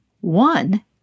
One